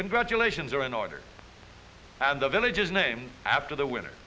congratulations are in order and the village is named after the winner